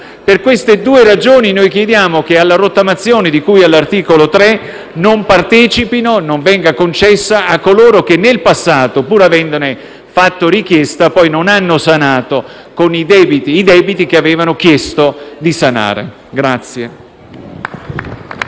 Per queste due ragioni chiediamo che alla rottamazione di cui all'articolo 3 non partecipino coloro che in passato, pur avendone fatto richiesta, non hanno sanato i debiti che avevano chiesto di sanare.